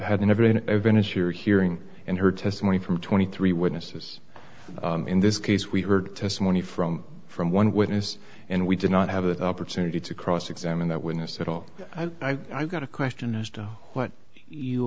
your hearing and heard testimony from twenty three witnesses in this case we heard testimony from from one witness and we did not have an opportunity to cross examine that witness at all i've got a question as to what you